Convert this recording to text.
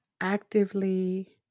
actively